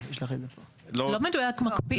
לא מדויק "מקפיאים".